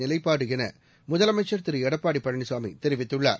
நிலைப்பாடு என முதலமைச்சர் திரு எடப்பாடி பழனிசாமி தெரிவித்துள்ளார்